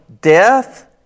death